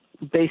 based